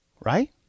right